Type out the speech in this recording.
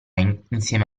insieme